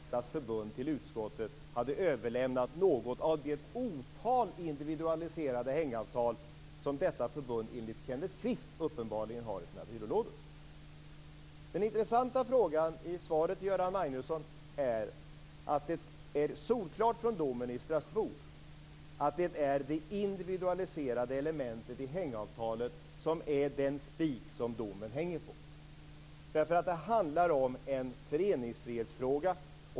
Fru talman! Det skulle vara oändligt mycket enklare att få reda på karaktären på hur mycket individualiserat ett individuellt hängavtal egentligen är om Hotell och Restauranganställdas Förbund till utskottet hade överlämnat något av det otal individuella hängavtal som detta förbund enligt Kenneth Kvist uppenbarligen har i sina byrålådor. Den intressanta punkten i svaret till Göran Magnusson är: Det är solklart i domen från Strasbourg att det är det individualiserade momentet i hängavtalet som är den spik som domen hänger på. Det handlar om föreningsfriheten.